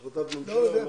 כהחלטת ממשלה?